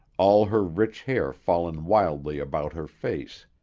all her rich hair fallen wildly about her face.